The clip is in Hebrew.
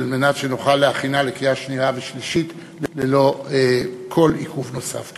מנת שנוכל להכינה לקריאה שנייה ושלישית ללא כל עיכוב נוסף.